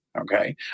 okay